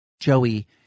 Joey